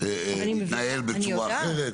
להתנהל בצורה אחרת.